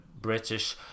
British